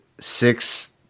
six